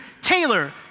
Taylor